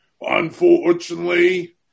unfortunately